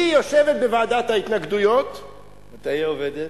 היא יושבת בוועדת ההתנגדויות והיא, מתי היא עובדת?